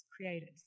creators